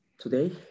Today